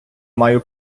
маю